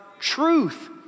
truth